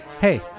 Hey